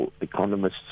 Economists